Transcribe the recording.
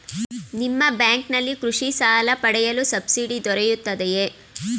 ನಿಮ್ಮ ಬ್ಯಾಂಕಿನಲ್ಲಿ ಕೃಷಿ ಸಾಲ ಪಡೆಯಲು ಸಬ್ಸಿಡಿ ದೊರೆಯುತ್ತದೆಯೇ?